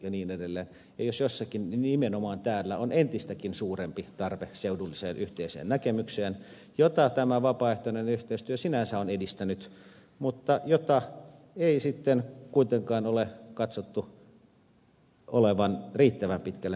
ja jos jossakin niin nimenomaan täällä on entistäkin suurempi tarve seudulliseen yhteiseen näkemykseen jota tämä vapaaehtoinen yhteistyö sinänsä on edistänyt mutta jonka ei sitten kuitenkaan ole katsottu olevan riittävän pitkälle menevää